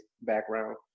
background